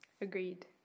Agreed